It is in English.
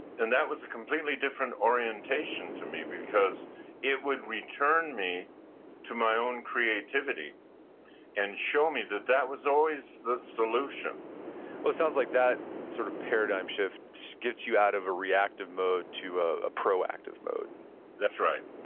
and that was a completely different orientation to me because it would return me to my own creativity and show me that that was always the solution well, it sounds like that sort of paradigm shift gets you out of a reactive mode to ah a proactive mode that's right.